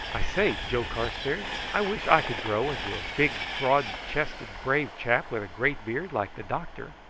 i say, joe carstairs, i wish i could grow into a big broad-chested brave chap with a great beard, like the doctor.